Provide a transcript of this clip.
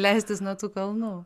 leistis nuo tų kalnų